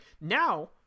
now